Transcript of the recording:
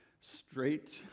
straight